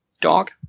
dog